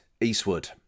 Eastwood